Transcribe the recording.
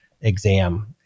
exam